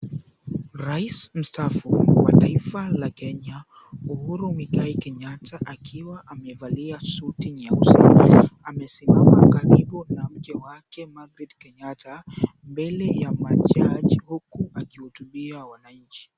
Rais mstaafu wa taifa la Kenya, Uhuru Muigai Kenyatta akiwa amevalia suti nyeusi. Amesimama karibu na mke wake Margarette Kenyatta, mbele ya majudge huku akihutubia wananchi.